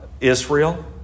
Israel